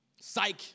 Psych